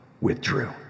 withdrew